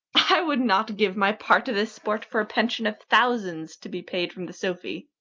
i will not give my part of this sport for a pension of thousands to be paid from the sophy.